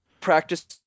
practice